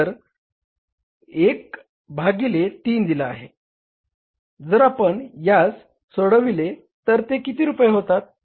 तर ते 1 भागिले 3 दिला आहे जर आपण यास सोडविले तर ते किती रुपये होतात